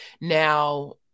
Now